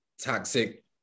toxic